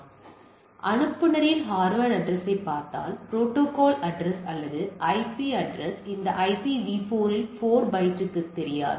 எனவே அனுப்புநரின் ஹார்ட்வர் அட்ரஸ்யைப் பார்த்தால் ப்ரோடோகால் அட்ரஸ் அல்லது ஐபி அட்ரஸ் இந்த ஐபிவி4 இல் 4 பைட்டுகளுக்குத் தெரியாது